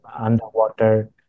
underwater